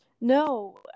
No